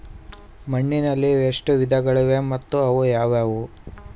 ಮಣ್ಣಿನಲ್ಲಿ ಎಷ್ಟು ವಿಧಗಳಿವೆ ಮತ್ತು ಅವು ಯಾವುವು?